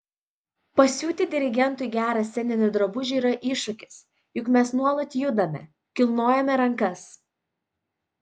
pasiūti dirigentui gerą sceninį drabužį yra iššūkis juk mes nuolat judame kilnojame rankas